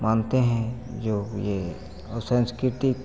मानते हैं जो यह और साँस्कृतिक